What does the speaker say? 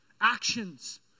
actions